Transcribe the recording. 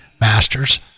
masters